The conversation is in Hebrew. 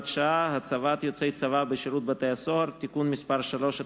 שעה) (הצבת יוצאי צבא בשירות בתי-הסוהר) (תיקון מס' 3),